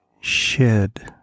shed